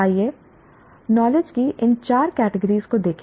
आइए नॉलेज की इन चार कैटिगरीज को देखें